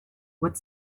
with